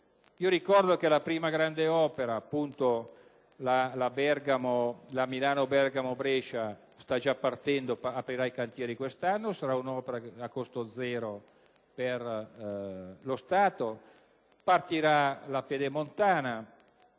ricordo che la prima grande opera, appunto la Milano-Bergamo-Brescia, sta già partendo ed aprirà i cantieri quest'anno; sarà un'opera a costo zero per lo Stato; partiranno